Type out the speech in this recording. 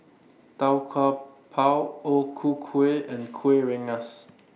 Tau Kwa Pau O Ku Kueh and Kuih Rengas